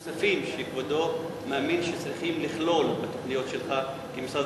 מה השירותים הנוספים שכבודו מאמין שצריכים לכלול בתוכניות שלך כמשרד